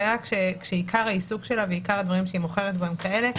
זה היה כאשר עיקר העיסוק שלה ועיקר הדברים שהיא מוכרת הם כאלה.